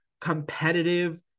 competitive